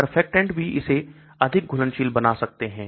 surfactant भी इसे अधिक घुलनशील बना सकते हैं